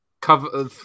cover